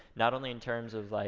not only in terms of, like